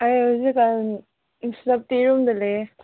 ꯑꯩ ꯍꯧꯖꯤꯛꯀꯥꯟ ꯀꯩꯁꯨ ꯆꯠꯇꯦ ꯌꯨꯝꯗ ꯂꯩꯌꯦ